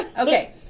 Okay